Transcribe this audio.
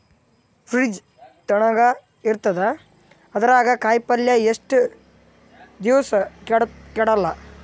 Fridge ತಣಗ ಇರತದ, ಅದರಾಗ ಕಾಯಿಪಲ್ಯ ಎಷ್ಟ ದಿವ್ಸ ಕೆಡಲ್ಲ?